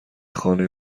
خانه